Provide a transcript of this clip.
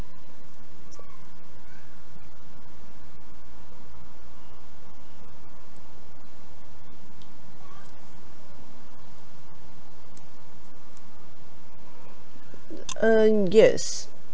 uh yes